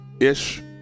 ish